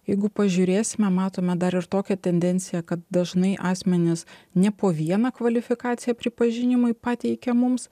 jeigu pažiūrėsime matome dar ir tokią tendenciją kad dažnai asmenys ne po vieną kvalifikaciją pripažinimui pateikia mums